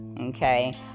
okay